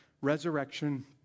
resurrection